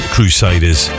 Crusaders